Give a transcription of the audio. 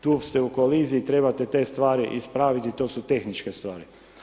Tu ste u koliziji, trebate te stvari ispraviti, to su tehničke stvari.